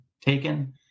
taken